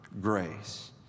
grace